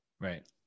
right